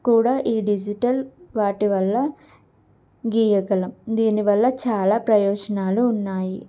కూడా ఈ డిజిటల్ వాటి వల్ల గీయగలం దీనివల్ల చాలా ప్రయోజనాలు ఉన్నాయి